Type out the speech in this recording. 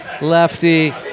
Lefty